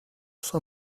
saw